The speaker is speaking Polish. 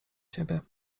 siebie